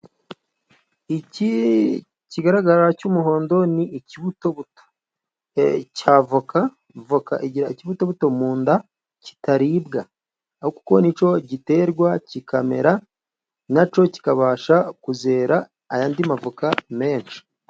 Iki kigaragara cy'umuhondo ni ikibutocy' avoka. Avoka igira ikibutobuto mu nda kitaribwa, kuko ni cyo giterwa kikamera, na cyo kikabasha kuzera ayandi mavoka menshi.